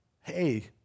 hey